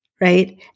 right